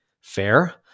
fair